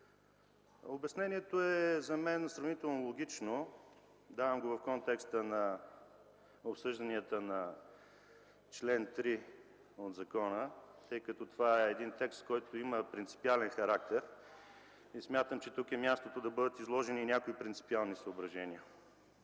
Обяснението за мен е сравнително логично, давам го в контекста на обсъжданията на чл. 3 от закона, тъй като това е текст с принципиален характер. Смятам, че тук е мястото да бъдат изложени някои принципиални съображения.